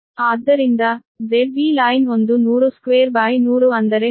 ಆದ್ದರಿಂದ ZBline ಒಂದು 1002100ಅಂದರೆ 100Ω